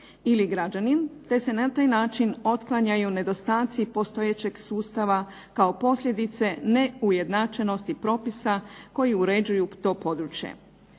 ili građanin te se na taj način otklanjaju nedostatci postojećeg sustava kao posljedice neujednačenosti propisa koji uređuju to područje.